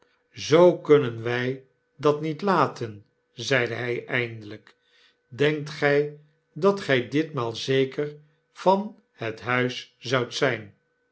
zoo kunnen wy dat niet laten zeide hy eindelijk denkt gy dat gy ditmaal zeker van het huis zoudt zyn